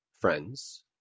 friends